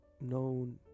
known